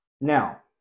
Now